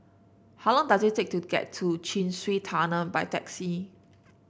how long does it take to get to Chin Swee Tunnel by taxi